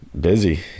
Busy